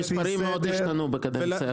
המספרים מאוד השתנו בקדנציה הקודמת.